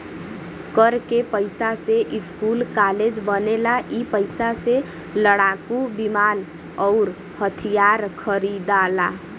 कर के पइसा से स्कूल कालेज बनेला ई पइसा से लड़ाकू विमान अउर हथिआर खरिदाला